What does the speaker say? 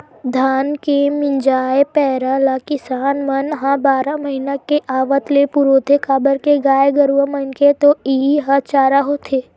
धान के मिंजाय पेरा ल किसान मन ह बारह महिना के आवत ले पुरोथे काबर के गाय गरूवा मन के तो इहीं ह चारा होथे